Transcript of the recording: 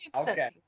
okay